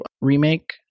remake